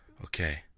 Okay